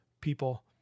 people